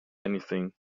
anything